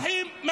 אלה אזרחים.